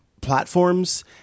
platforms